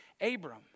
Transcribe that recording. Abram